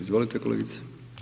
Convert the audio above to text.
Izvolite kolegice.